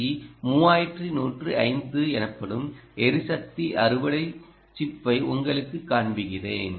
C 3105 எனப்படும் எரிசக்தி அறுவடை சிப்பை உங்களுக்குக் காண்பிக்கிறேன்